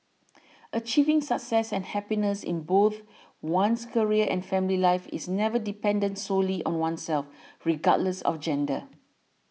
achieving success and happiness in both one's career and family life is never dependent solely on oneself regardless of gender